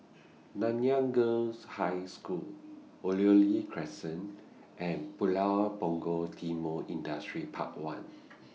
Nanyang Girls' High School Oriole Crescent and Pulau Punggol Timor Industrial Park one